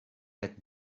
had